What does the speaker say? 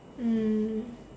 mm